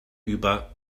über